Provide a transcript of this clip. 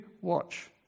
watch